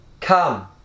Come